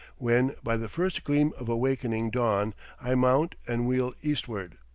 when by the first gleam of awakening dawn i mount and wheel eastward.